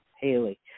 Haley